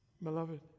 Beloved